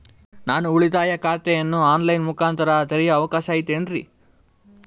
ನಾನು ಉಳಿತಾಯ ಖಾತೆಯನ್ನು ಆನ್ ಲೈನ್ ಮುಖಾಂತರ ತೆರಿಯೋ ಅವಕಾಶ ಐತೇನ್ರಿ?